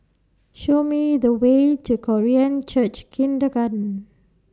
Show Me The Way to Korean Church Kindergarten